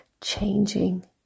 changing